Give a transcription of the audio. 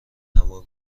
هوای